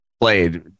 played